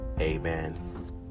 Amen